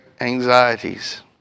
anxieties